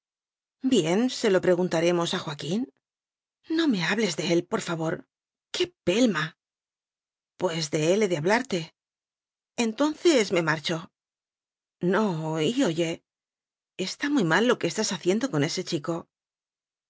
bien se lo preguntaremos a joaquín no me hables de él por favor qué pelma pues de él he de hablarte entonces me marcho no y oye está muy mal lo que estás haciendo con ese chico